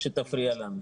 שתפריע לנו.